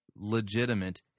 legitimate